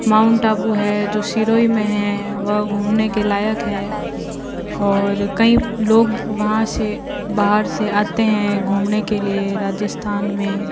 mount Abu है जो सिरोही में है वह घूमने के लायक है और कई लोग वहाँ से बाहर से आते हैं घूमने के लिए राजस्थान में